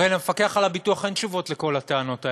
הרי למפקח על הביטוח אין תשובות על כל הטענות האלה,